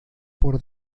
por